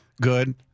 good